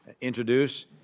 introduce